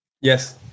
Yes